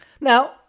Now